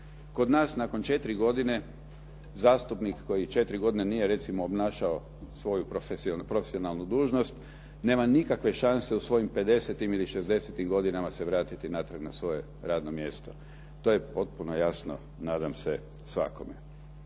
Kod nas nakon 4 godine, zastupnik koji 4 godine nije recimo obnašao svoju profesionalnu dužnost, nema nikakve šanse u svojim pedesetim, šezdesetim godinama se vratiti natrag na svoje radno mjesto. To je potpuno jasno nadam se svakome.